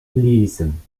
lesen